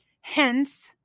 Hence